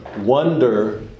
Wonder